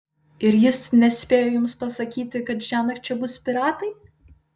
ir jis nespėjo jums pasakyti kad šiąnakt čia bus piratai